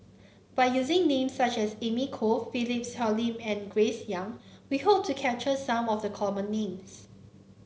by using names such as Amy Khor Philip Hoalim and Grace Young we hope to capture some of the common names